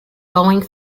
boeing